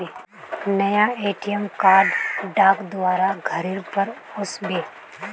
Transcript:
नया ATM card डाक द्वारा घरेर पर ओस बे